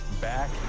back